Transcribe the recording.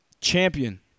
champion